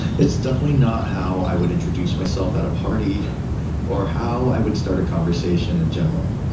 it's definitely not how i would introduce myself at a party or how i would start a conversation in general,